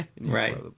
Right